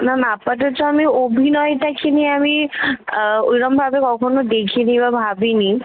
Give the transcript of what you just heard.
না না আপাতত আমি অভিনয়টাকে নিয়ে আমি ওইরমভাবে কখনো দেখি নি বা ভাবি নি